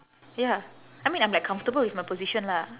ya I mean I'm like comfortable with my position lah